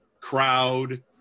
crowd